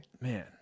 Man